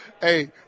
Hey